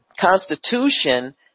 constitution